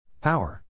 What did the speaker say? Power